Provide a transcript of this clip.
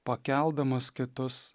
pakeldamas kitus